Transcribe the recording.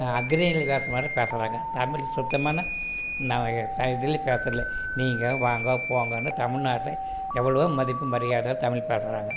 அஃறிணைல பேசற மாதிரி பேசறாங்க தமிழ் சுத்தமான இதுலேயே பேசறது இல்ல நீங்க வாங்க போங்கன்னு தமிழ்நாட்டில் எவ்வளோ மதிப்பு மரியாதை தமிழ் பேசறாங்க